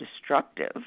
destructive